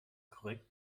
korrekt